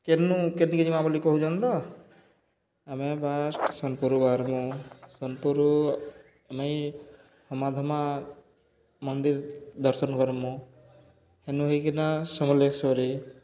କେନୁ କେନ୍କେ ଯିମା ବୋଲି କହୁଚନ୍ ତ ଆମେ ଫାଷ୍ଟ୍ ସୋନ୍ପୁରୁ ବାହାର୍ମୁ ସୋନ୍ପୁର୍ ଆମେ ହୁମାଧୁମା ମନ୍ଦିର୍ ଦର୍ଶନ୍ କର୍ମୁ ହେନୁ ହେଇକିନା ସମଲେଶ୍ଵରୀ